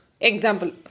Example